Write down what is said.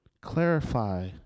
Clarify